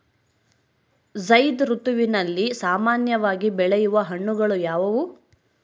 ಝೈಧ್ ಋತುವಿನಲ್ಲಿ ಸಾಮಾನ್ಯವಾಗಿ ಬೆಳೆಯುವ ಹಣ್ಣುಗಳು ಯಾವುವು?